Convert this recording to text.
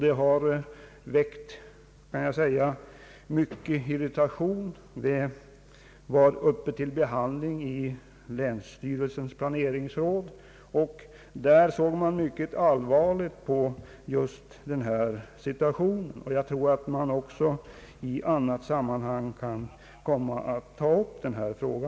Det har väckt mycken irritation inom länet och har varit uppe till behandling i länsstyrelsens planeringsråd, där man såg mycket allvarligt på situationen. Jag tror att man också i annat sammanhang kan komma att ta upp denna fråga.